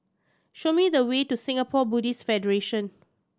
show me the way to Singapore Buddhist Federation